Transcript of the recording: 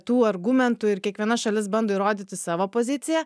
tų argumentų ir kiekviena šalis bando įrodyti savo poziciją